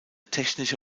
technische